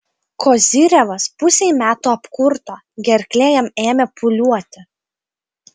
kozyrevas pusei metų apkurto gerklė jam ėmė pūliuoti